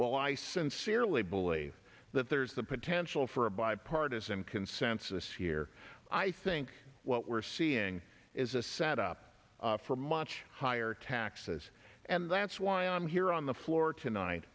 well i sincerely believe that there's the potential for a bipartisan consensus here i think what we're seeing is a set up for much higher taxes and that's why i'm here on the floor tonight